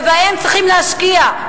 בהם צריכים להשקיע,